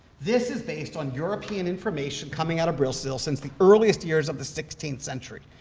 this is based on european information coming out of brazil since the earliest years of the sixteenth century,